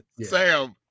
Sam